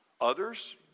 others